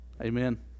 Amen